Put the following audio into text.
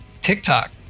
TikTok